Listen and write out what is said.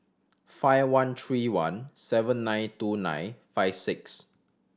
five one three one seven nine two nine five six